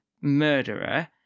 murderer